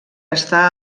està